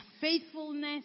faithfulness